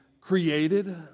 created